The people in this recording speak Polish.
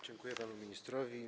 Dziękuję panu ministrowi.